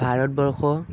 Bharatvarsha